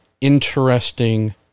interesting